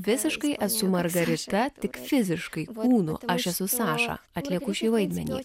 visiškai esu margarita tik fiziškai kūnu aš esu saša atlieku šį vaidmenį